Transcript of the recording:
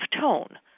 tone